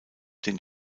den